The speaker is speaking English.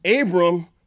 Abram